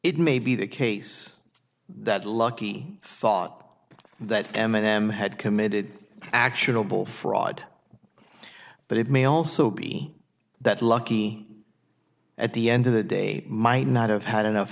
it may be the case that lucky thought that m and m had committed actionable fraud but it may also be that lucky at the end of the day might not have had enough